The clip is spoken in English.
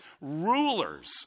rulers